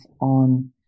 on